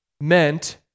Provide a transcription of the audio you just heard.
meant